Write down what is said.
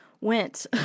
went